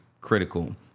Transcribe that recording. critical